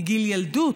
מגיל ילדות,